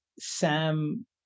Sam